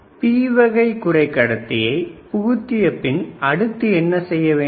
P வகை குறைக்கடத்தியை புகுத்திய பின் அடுத்து என்ன செய்யவேண்டும்